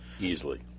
Easily